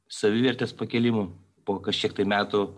savivertės pakėlimu po kažkiek metų